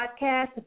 Podcast